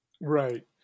right